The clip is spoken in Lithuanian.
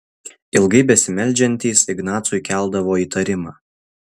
ilgai besimeldžiantys ignacui keldavo įtarimą